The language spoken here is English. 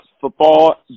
football